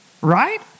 right